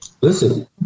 Listen